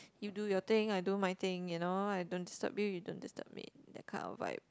you do your thing I do my thing you know I don't disturb you you don't disturb me that kind of vibe